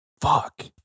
Fuck